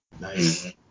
nice